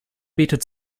bietet